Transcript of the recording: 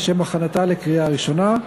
לשם הכנתה לקריאה ראשונה.